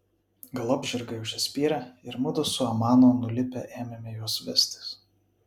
galop žirgai užsispyrė ir mudu su amano nulipę ėmėme juos vestis